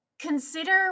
Consider